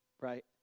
right